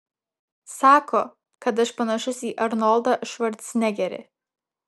sako kad aš panašus į arnoldą švarcnegerį